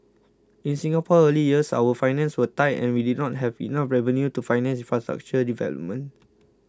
in Singapore's early years our finances were tight and we did not have enough revenue to finance infrastructure development